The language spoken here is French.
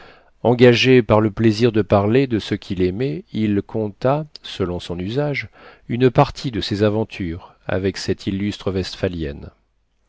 engagé par le plaisir de parler de ce qu'il aimait il conta selon son usage une partie de ses aventures avec cette illustre